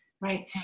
Right